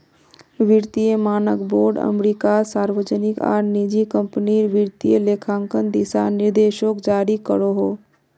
वित्तिय मानक बोर्ड अमेरिकात सार्वजनिक आर निजी क्म्पनीर वित्तिय लेखांकन दिशा निर्देशोक जारी करोहो